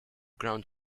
ground